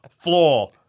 floor